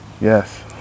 Yes